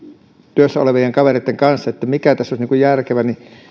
työssä olevien kavereitten kanssa sitä mikä tässä olisi järkevää niin